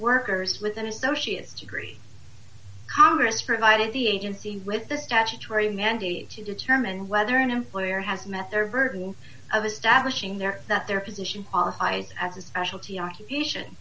workers with an associates degree congress for invited the agency with the statutory mandate to determine whether an employer has met their burden of establishing their that their position as a specialty occupation